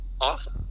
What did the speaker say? awesome